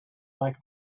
like